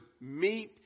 meet